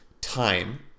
time